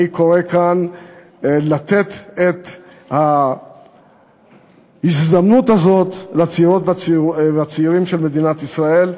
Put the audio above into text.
אני קורא כאן לתת את ההזדמנות הזאת לצעירות ולצעירים של מדינת ישראל,